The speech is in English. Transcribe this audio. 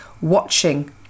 watching